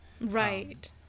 right